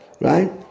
right